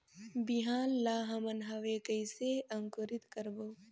बिहान ला हमन हवे कइसे अंकुरित करबो?